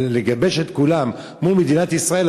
לגבש את כולם מול מדינת ישראל,